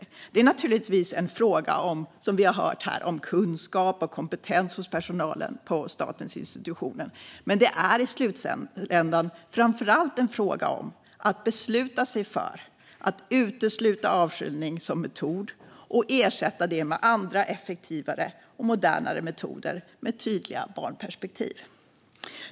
Som vi har hört här är det naturligtvis en fråga om att öka kunskap och kompetens hos personalen på statens institutioner, men i slutändan är det framför allt en fråga om att besluta sig för att utesluta avskiljning som metod och ersätta det med andra, effektivare och modernare, metoder med tydliga barnperspektiv.